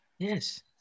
Yes